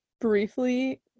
briefly